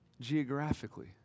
geographically